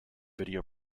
video